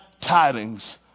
tidings